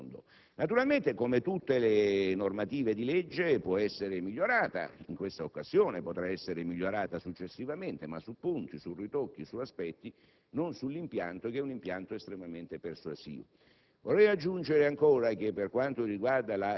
è una scelta che mi sento di condividere fino in fondo. Naturalmente, come tutte le leggi, può essere migliorata in questa occasione, potrà essere migliorata successivamente, ma su punti, su ritocchi, su aspetti, non sull'impianto che è estremamente persuasivo.